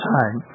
time